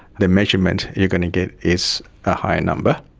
the measurement you're going to get is a higher number.